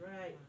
Right